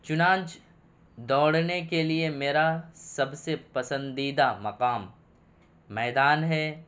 چنانچہ دوڑنے کے لیے میرا سب سے پسندیدہ مقام میدان ہے